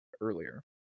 earlier